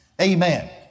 Amen